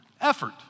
effort